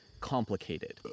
complicated